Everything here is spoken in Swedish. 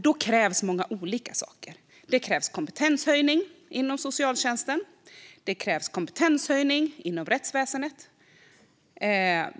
Då krävs många olika saker. Det krävs kompetenshöjning inom socialtjänsten. Det krävs kompetenshöjning inom rättsväsendet.